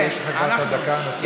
כי כבר יש לך את הדקה הנוספת.